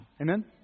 Amen